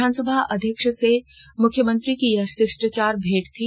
विधानसभा अध्यक्ष से मुख्यमंत्री की यह शिष्टाचार भेंट थी